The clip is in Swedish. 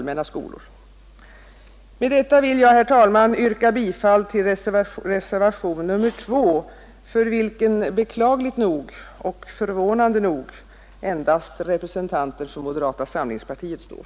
Med detta vill jag, herr talman, yrka bifall till reservationen 2, för vilken beklagligt nog — och förvånande nog — endast representanter för moderata samlingspartiet står.